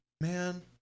Man